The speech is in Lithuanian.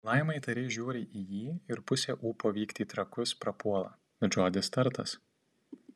laima įtariai žiūri į jį ir pusė ūpo vykti į trakus prapuola bet žodis tartas